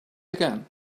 again